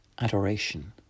adoration